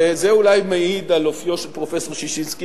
זה אולי מעיד על אופיו של פרופסור ששינסקי.